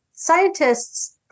Scientists